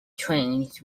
trains